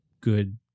good